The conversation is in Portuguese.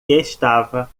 estava